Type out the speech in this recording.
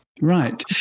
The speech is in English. Right